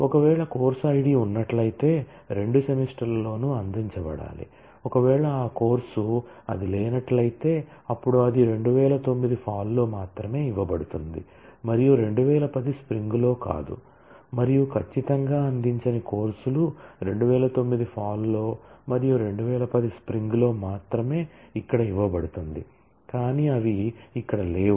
ఒకవేళ course ID ఉన్నట్లయితే రెండు సెమిస్టర్లలోనూ అందించబడాలి ఒకవేళ ఆ కోర్సు అది లేనట్లయితే అప్పుడు అది 2009 ఫాల్ లో మాత్రమే ఇవ్వబడుతుంది మరియు 2010 స్ప్రింగ్ లో కాదు మరియు ఖచ్చితంగా అందించని కోర్సులు 2009 ఫాల్ లో మరియు 2010 స్ప్రింగ్ లో మాత్రమే ఇక్కడ ఇవ్వబడుతుంది కానీ అవి ఇక్కడ లేవు